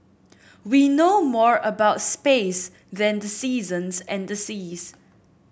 we know more about space than the seasons and the seas